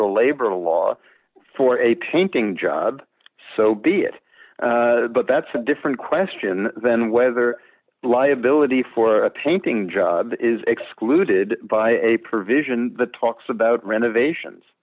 the labor law for a painting job so be it but that's a different question than whether liability for a painting job is excluded by a provision that talks about renovations